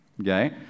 Okay